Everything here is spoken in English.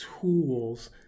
tools